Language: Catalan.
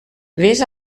vés